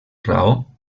raó